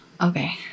Okay